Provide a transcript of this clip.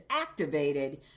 activated